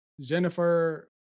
Jennifer